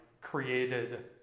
created